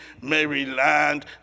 maryland